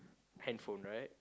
handphone right